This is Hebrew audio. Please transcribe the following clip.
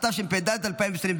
התשפ"ד 2024,